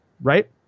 right